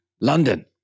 london